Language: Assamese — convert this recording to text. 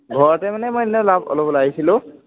ঘৰতে মানে মই এনে অলপ ওলাই আহিছিলোঁ